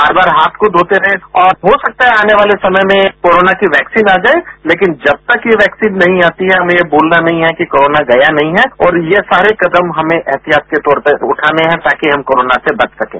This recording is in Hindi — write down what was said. बार बार हाथ को धोते रहें और हो सकता है कि आने वाले समय में कोरोना की वैक्सीन आ जाए लेकिन जब तक ये वैक्सीन नहीं आती है हमें यह भूलना नहीं है कि कोरोना गया नहीं है और ये सारे कदम हमें एहतियात के तौर पर उठाने हैं ताकि हम कोरोना से बच सकें